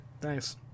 Thanks